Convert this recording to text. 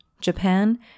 Japan